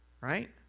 Right